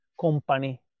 company